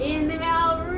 Inhale